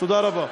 תודה רבה.